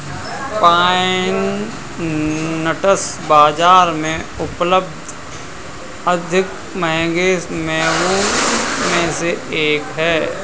pine nuts बाजार में उपलब्ध अधिक महंगे मेवों में से एक हैं